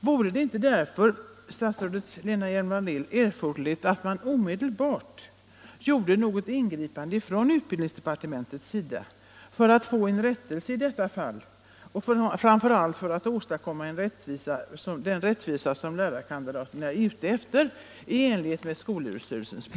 Vore det inte, statsrådet Lena Hjelm-Wallén, erforderligt att man omedelbart gjorde något ingripande från utbildningsdepartementets sida för att få till stånd en rättelse i detta fall och framför allt för att åstadkomma den rättvisa som lärarkandidaterna är ute efter i enlighet med skolöver Nr 49